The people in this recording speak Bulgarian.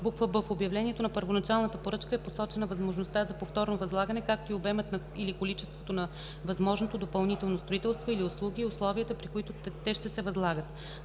б) в обявлението на първоначалната поръчка е посочена възможността за повторно възлагане, както и обемът или количеството на възможното допълнително строителство или услуги и условията, при които те ще се възлагат;